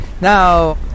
Now